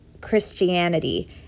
Christianity